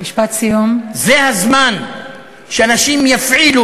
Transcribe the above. זה הזמן שאנשים יפעילו